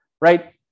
right